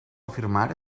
afirmar